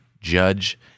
judge